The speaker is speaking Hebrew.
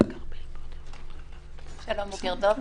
בוקר טוב.